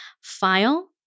file